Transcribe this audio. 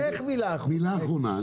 מילה אחרונה,